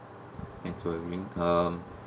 thanks to your income